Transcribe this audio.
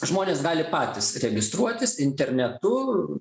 žmonės gali patys registruotis internetu